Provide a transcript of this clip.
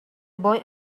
boy